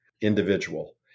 individual